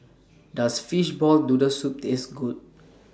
Does Fishball Noodle Soup Taste Good